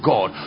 God